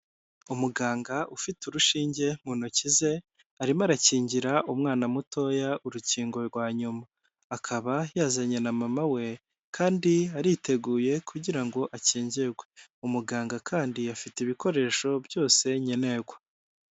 Umuganga ufite urushinge mu ntoki ze, arimo arakingira umwana mutoya urukingo rwa nyuma, akaba yazanye na mama we kandi ariteguye kugira ngo akingirwe, umuganga kandi afite ibikoresho byose nkenerwa.